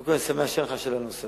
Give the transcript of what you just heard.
קודם כול, אני שמח שאין לך שאלה נוספת.